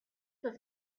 was